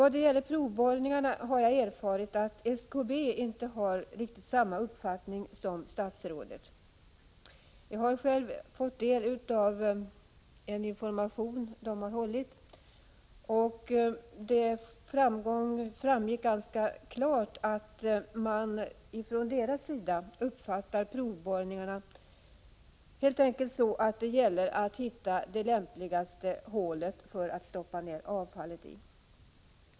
Då det gäller provborrningarna har jag erfarit att SKB inte har samma uppfattning som statsrådet. Jag har själv fått del av en information SKB har givit, och det framgick ganska klart att SKB helt enkelt uppfattar provborr ningarna så att det gäller att hitta det lämpligaste hålet att stoppa ner avfallet i.